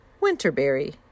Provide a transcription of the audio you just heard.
Winterberry